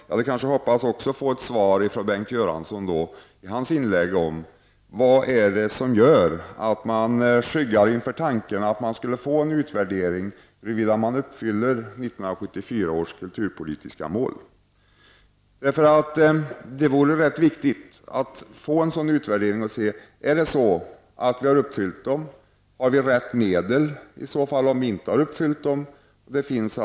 Jag hade också hoppats på att få svar från Bengt Göransson i hans inlägg om vad det är som gör att man skyggar inför tanken på en utvärdering om huruvida 1974 års kulturpolitiska mål är uppfyllda. Det vore viktigt att få en sådan utvärdering för att se om målen är uppfyllda, om rätt medel används om målen inte är uppfyllda osv.